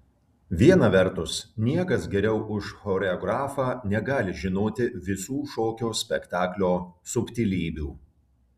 viena vertus niekas geriau už choreografą negali žinoti visų šokio spektaklio subtilybių